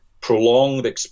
prolonged